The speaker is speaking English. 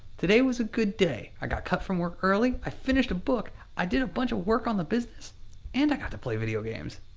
today was a good day. i got cut from work early, i finished a book, i did a bunch of work on the business and i got to play video games.